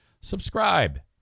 subscribe